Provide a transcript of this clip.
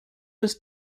was